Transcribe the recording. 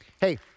Hey